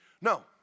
No